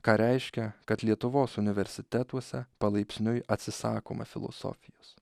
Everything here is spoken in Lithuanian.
ką reiškia kad lietuvos universitetuose palaipsniui atsisakoma filosofijos